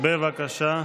בבקשה.